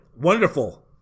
Wonderful